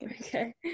okay